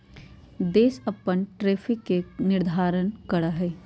देश अपन टैरिफ के निर्धारण करा हई